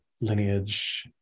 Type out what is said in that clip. lineage